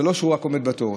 ולא שהוא רק עומד בתור.